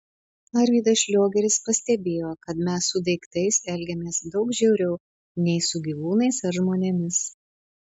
arvydas šliogeris pastebėjo kad mes su daiktais elgiamės daug žiauriau nei su gyvūnais ar žmonėmis